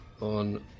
on